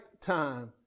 time